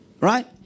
Right